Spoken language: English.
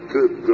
Good